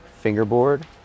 fingerboard